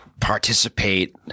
participate